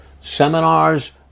seminars